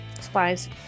Spies